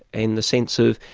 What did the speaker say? in the sense of,